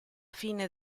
fine